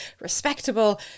respectable